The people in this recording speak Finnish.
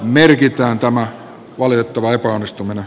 merkitään tämä valitettava epäonnistuminen